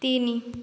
ତିନି